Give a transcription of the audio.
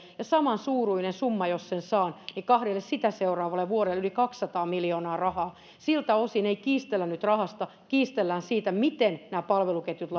ja samansuuruinen summa jos sen saan kahdelle sitä seuraavalle vuodelle yli kaksisataa miljoonaa rahaa siltä osin ei kiistellä nyt rahasta vaan kiistellään siitä miten palveluketjut